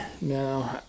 No